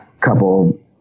couple